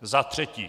Za třetí.